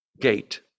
gate